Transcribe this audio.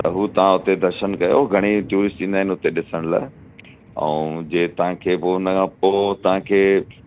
त उहो तव्हां उते दर्शनु कयो घणई टूरिस्ट ईंदा आहिनि उते ॾिसण लाइ ऐं जंहिं तव्हांखे पोइ हुन खां पोइ तव्हांखे